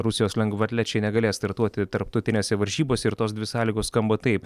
rusijos lengvaatlečiai negalės startuoti tarptautinėse varžybose ir tos dvi sąlygos skamba taip